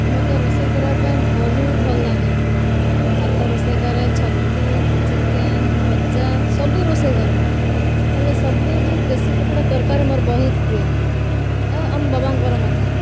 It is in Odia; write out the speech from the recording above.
ମୋତେ ରୋଷେଇ କରିବା ପାଇଁ ବହୁତ ଭଲଲାଗେ ମୁଁ ଭାତ ରୋଷେଇ କରେ ଛତୁ ଚିକେନ ଭଜା ସବୁ ରୋଷେଇ କରେ ହେଲେ ସବୁଠୁ ଦେଶୀ କୁକୁଡ଼ା ତରକାରୀ ମୋର ବହୁତ ପ୍ରିୟ ଆଉ ଆମ ବାବାଙ୍କର ମଧ୍ୟ